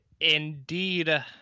indeed